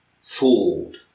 fooled